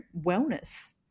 wellness